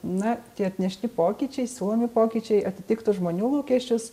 na tie atnešti pokyčiai siūlomi pokyčiai atitiktų žmonių lūkesčius